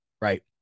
right